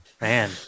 Man